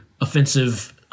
offensive